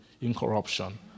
incorruption